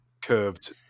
curved